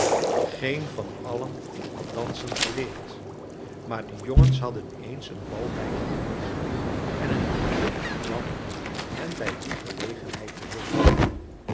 geen van allen had dansen geleerd maar de jongens hadden eens een bal bijgewoond en hun geheugen kwam hen bij die gelegenheid te hulp